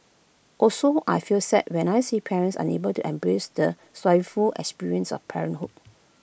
also I feel sad when I see parents unable to embrace the experience of parenthood